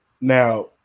now